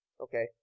Okay